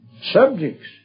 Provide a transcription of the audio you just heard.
subjects